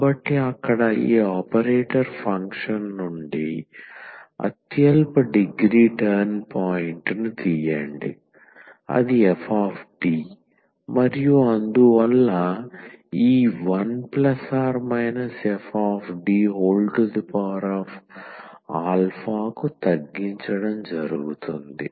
కాబట్టి అక్కడ ఈ ఆపరేటర్ ఫంక్షన్ నుండి అత్యల్ప డిగ్రీ టర్న్ పాయింట్ ను తీయండి f మరియు అందువల్ల ఈ1±FD కు తగ్గించడం జరుగుతుంది